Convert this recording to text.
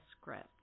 script